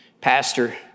Pastor